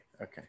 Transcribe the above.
okay